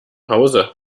hause